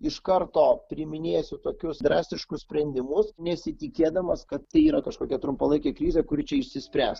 iš karto priiminėsiu tokius drastiškus sprendimus nesitikėdamas kad tai yra kažkokia trumpalaikė krizė kuri čia išsispręs